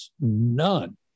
none